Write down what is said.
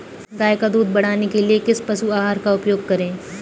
गाय का दूध बढ़ाने के लिए किस पशु आहार का उपयोग करें?